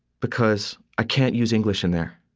because i can't use english in there.